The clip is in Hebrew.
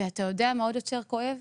ואתה יודע מה עוד יותר כואב?